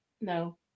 no